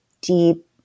deep